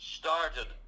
started